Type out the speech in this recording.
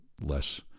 less